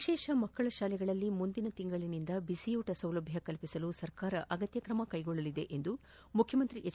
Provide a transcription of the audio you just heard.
ವಿಶೇಷ ಮಕ್ಕಳ ಶಾಲೆಗಳಲ್ಲಿ ಮುಂದಿನ ತಿಂಗಳಿಂದ ಬಿಸಿಯೂಟ ಸೌಲಭ್ಯ ಕಲ್ಪಿಸಲು ಸರ್ಕಾರ ಅಗತ್ಯ ಕ್ರಮ ಕೈಗೊಳ್ಳಲಿದೆ ಎಂದು ಮುಖ್ಯಮಂತ್ರಿ ಎಚ್